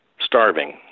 starving